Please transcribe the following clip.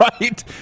Right